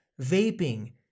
vaping